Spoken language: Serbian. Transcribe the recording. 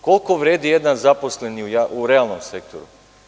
Koliko vredi jedan zaposleni u realnom sektoru?